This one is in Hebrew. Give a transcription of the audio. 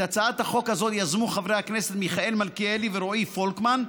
את הצעת החוק הזאת יזמו חברי הכנסת מיכאל מלכיאלי ורועי פולקמן,